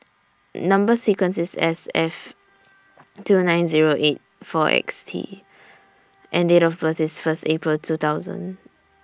Number sequence IS S F two nine eight four six T and Date of birth IS First April two thousand